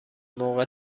موقع